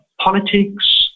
politics